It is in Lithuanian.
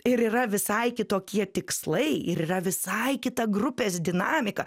ir yra visai kitokie tikslai ir yra visai kita grupės dinamika